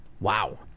wow